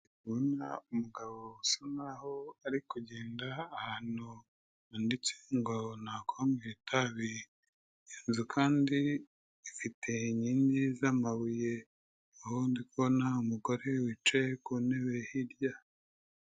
Ndabona umugabo usa n'aho ari kugenda ahantu handitse ngo nta kuhanywera itabi, iyo nzu kandi ifite inkingi z'amabuye. Aho ndi kubona umugore wicaye ku ntebe hirya.